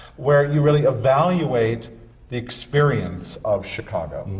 where you really evaluate the experience of chicago,